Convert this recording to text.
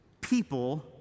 people